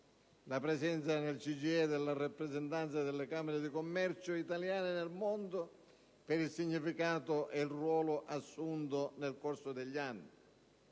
la presenza nel CGIE della rappresentanza delle Camere di commercio italiane nel mondo, per il significato e il ruolo assunto nel corso degli anni.